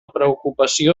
preocupació